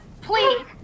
please